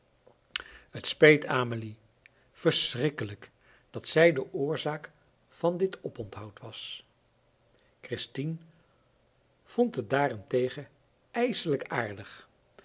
het speet amelie verschrikkelijk dat zij de oorzaak van dit oponthoud was christien vond het daarentegen ijselijk aardig